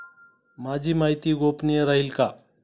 माझी माहिती गोपनीय राहील का?